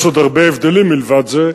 יש עוד הרבה הבדלים מלבד זה,